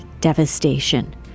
devastation